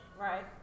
right